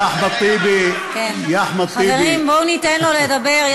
יא אחמד טיבי, חברים, בואו ניתן לו לדבר.